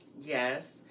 Yes